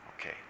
Okay